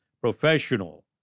professional